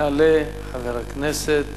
יעלה חבר הכנסת